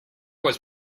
was